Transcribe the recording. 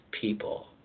people